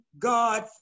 God